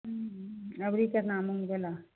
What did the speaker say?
हूँ अबरी केतना मूङ्ग भेलो